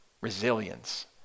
Resilience